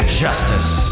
justice